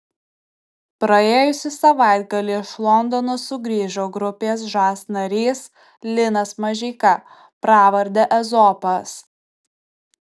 praėjusį savaitgalį iš londono sugrįžo grupės žas narys linas mažeika pravarde ezopas